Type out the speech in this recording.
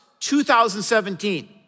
2017